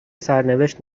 سرنوشت